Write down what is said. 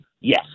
Yes